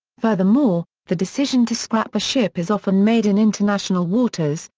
furthermore, the decision to scrap a ship is often made in international waters,